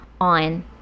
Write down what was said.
on